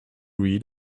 read